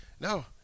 no